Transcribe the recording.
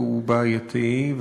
והוא בעייתי,